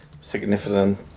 significant